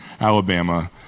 Alabama